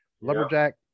Lumberjack